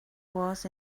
was